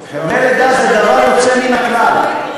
קשה לכם להאמין,